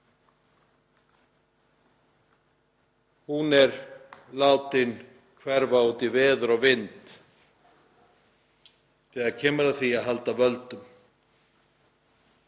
er látin hverfa út í veður og vind þegar kemur að því að halda völdum.